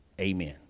Amen